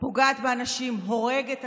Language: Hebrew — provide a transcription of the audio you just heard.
פוגעת באנשים, הורגת אנשים.